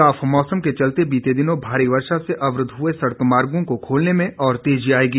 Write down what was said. साफ मौसम के चलते बीते दिनों भारी वर्षा से अवरुद्ध हुए सड़क मार्गो को खोलने में और तेजी आएगी